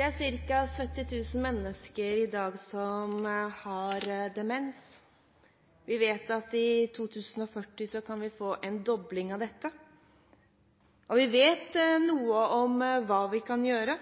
er ca. 70 000 mennesker i dag som har demens. Vi vet at i 2040 kan det bli en dobling av dette, og vi vet noe om hva vi kan gjøre.